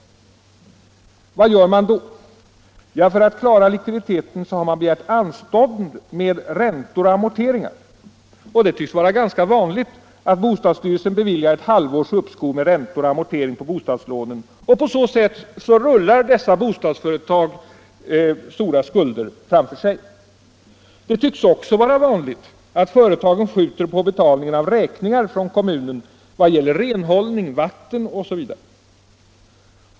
Vad gör man då? För att klara likviditeten har man begärt anstånd med räntor och amorteringar. Det tycks vara ganska vanligt att bostadsstyrelsen beviljar ett halvårs uppskov med räntor och amortering på bostadslånen, och på så sätt rullar dessa bostadsföretag stora skulder framför sig. Det tycks också vara vanligt att företagen skjuter på betalningen av räkningar från kommunen i vad gäller renhållning, vatten osv.